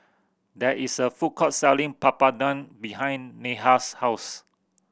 there is a food court selling Papadum behind Neha's house